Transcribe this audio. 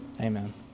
Amen